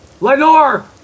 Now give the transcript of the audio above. Lenore